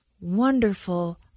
wonderful